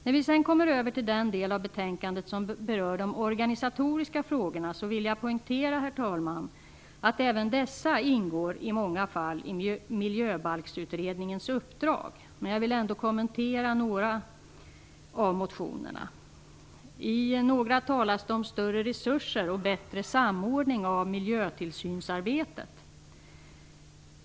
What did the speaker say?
När jag sedan kommer in på den del av betänkandet som berör de organisatoriska frågorna vill jag poängtera, herr talman, att även de i många fall ingår i Miljöbalksutredningens uppdrag, men jag vill ändå kommentera några av motionerna. I några motioner talas det om större resurser och bättre samordning av miljötillsynsarbetet.